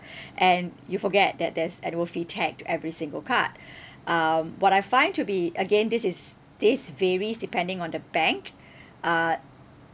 and you forget that there's annual fee tagged to every single card um what I find to be again this is this varies depending on the bank uh